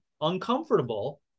uncomfortable